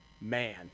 Man